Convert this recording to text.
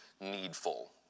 needful